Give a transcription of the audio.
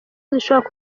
zishobora